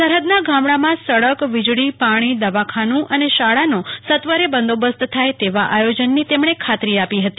સરફદના ગામડામાં સડક વીજળી પાણી દવાખાનું અને શાળાનો સત્વરે બંદોબસ્ત થાય તેવા આયોજનની તેમણે ખાતરી આપી હતી